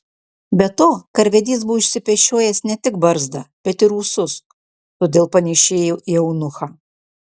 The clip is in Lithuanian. be to karvedys buvo išsipešiojęs ne tik barzdą bet ir ūsus todėl panėšėjo į eunuchą